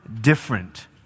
different